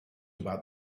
about